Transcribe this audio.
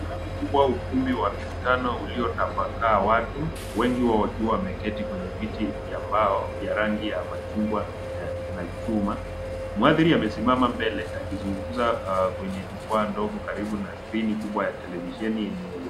Ngazi kubwa ukumbi wa mikutano ulio tapaka watu wengi wa wakiwa wameketi kwenye viti ya mbao ya rangi ya machungwa na chuma. Mhadhiri amesimama mbele akizungumza kwenye jukwa ndongo karibu na skrini kubwa ya televisheni yenye.